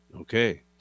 Okay